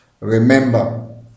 Remember